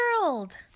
world